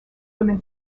women